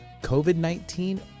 COVID-19